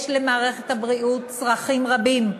יש למערכת הבריאות צרכים רבים,